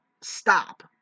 stop